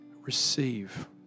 Receive